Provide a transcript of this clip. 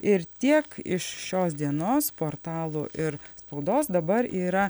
ir tiek iš šios dienos portalų ir spaudos dabar yra